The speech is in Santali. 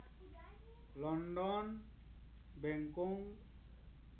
ᱞᱚᱱᱰᱚᱱ ᱵᱮᱝᱠᱚᱝ